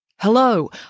Hello